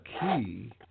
key